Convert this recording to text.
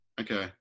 Okay